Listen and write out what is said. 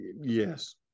Yes